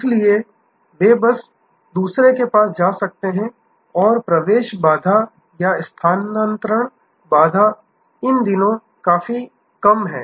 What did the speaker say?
इसलिए वे बस दूसरे के पास जा सकते हैं और प्रवेश बाधा या स्थानांतरण बाधा इन दिनों काफी कम है